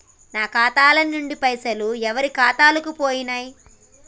నా ఖాతా ల నుంచి పైసలు ఎవరు ఖాతాలకు పోయినయ్?